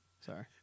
sorry